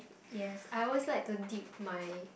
yes I always like to dip my